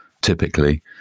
typically